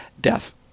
death